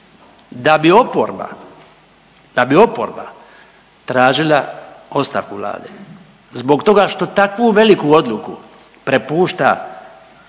da bi oporba tražila ostavku Vlade zbog toga što takvu veliku odluku prepušta